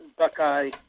Buckeye